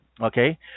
Okay